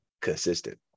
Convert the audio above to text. consistent